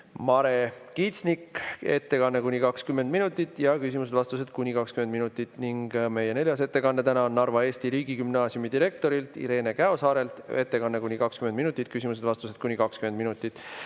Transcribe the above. Mare Kitsnik, ettekanne kuni 20 minutit ja küsimused-vastused kuni 20 minutit. Ning meie neljas ettekanne täna on Narva Eesti Riigigümnaasiumi direktorilt Irene Käosaarelt, ettekanne kuni 20 minutit, küsimused ja vastused kuni 20 minutit.